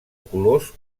colors